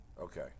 Okay